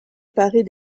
paris